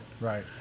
Right